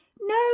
No